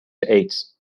ایدز